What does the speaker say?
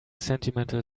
sentimental